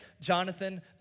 Jonathan